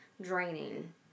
draining